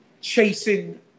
chasing